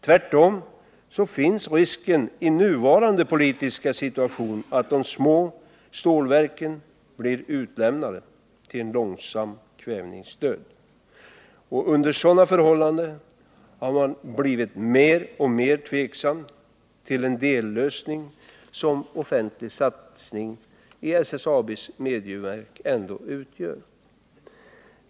Tvärtom finns risken i nuvarande politiska situation att de små stålverken blir utlämnade till en långsam kvävningsdöd. Under sådana förhållanden har man blivit mer och mer tveksam till en dellösning, som en offentlig satsning i SSAB:s mediumverk ändå utgör.